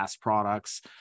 products